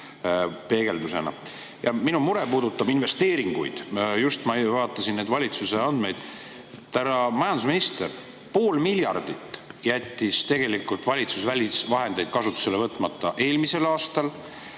peegeldusena? Minu mure puudutab investeeringuid, just vaatasin neid valitsuse andmeid. Härra majandusminister, pool miljardit jättis valitsus välisvahendeid kasutusele võtmata eelmisel aastal.